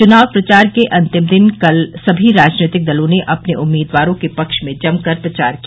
चुनाव प्रचार के अन्तिम दिन कल सभी राजनीतिक दलों ने अपने उम्मीदवारों के पक्ष में जमकर प्रचार किया